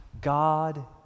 God